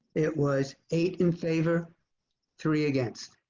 it was eight in favor three against